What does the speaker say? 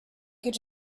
could